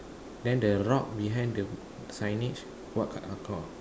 then the rock behind the signage what